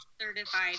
certified